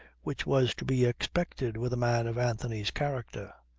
which was to be expected with a man of anthony's character.